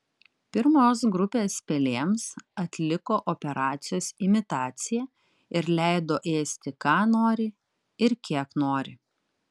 pirmos grupės pelėms atliko operacijos imitaciją ir leido ėsti ką nori ir kiek nori